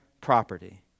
property